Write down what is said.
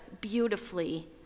beautifully